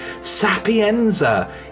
Sapienza